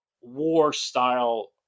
war-style